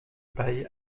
paille